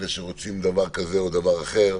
אלה שרוצים דבר כזה או דבר אחר.